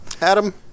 Adam